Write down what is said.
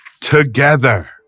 together